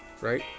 right